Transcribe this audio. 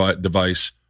device